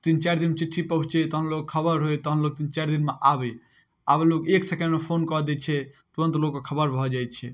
तीन चारि दिनमे चिट्ठी पहुँचै तहन लोकके खबरि होइ तहन लोक तीन चारि दिनमे आबै आब लोक एक सेकेण्डमे फोन कऽ दै छै तुरन्त लोकके खबरि भऽ जाइ छै